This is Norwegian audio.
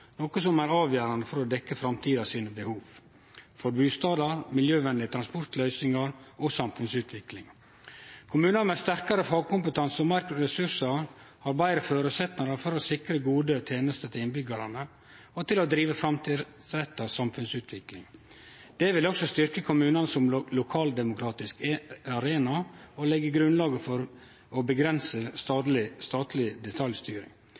noko som er avgjerande for å dekkje framtidige behov for bustadar, miljøvenlege transportløysingar og samfunnsutvikling. Kommunar med sterkare fagkompetanse og meir ressursar har betre føresetnader for å sikre gode tenester til innbyggjarane, og til å drive framtidsretta samfunnsutvikling. Dette vil også styrkje kommunane som lokaldemokratisk arena, og leggje grunnlaget for å avgrense statleg detaljstyring.